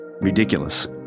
ridiculous